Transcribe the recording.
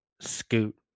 scoot